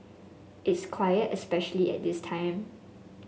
it's quiet especially at this time